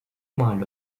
mal